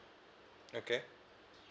okay